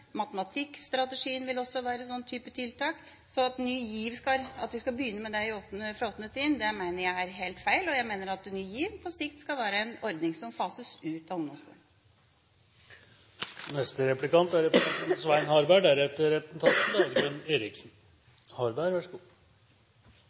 Matematikkstrategien vil også være en slik type tiltak. Det at vi skal begynne med Ny GIV fra 8. trinn, mener jeg er helt feil. Jeg mener at Ny GIV på sikt skal være en ordning som fases ut av ungdomsskolen.